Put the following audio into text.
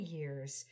years